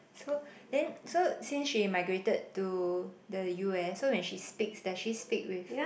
so then so since she migrated to the U_S so when she speaks does she speak with